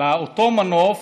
לאותו מנוף,